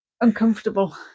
uncomfortable